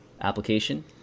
application